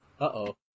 Uh-oh